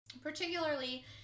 Particularly